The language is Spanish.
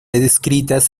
escritas